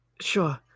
sure